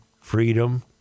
freedom